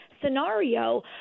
Scenario